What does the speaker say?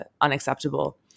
unacceptable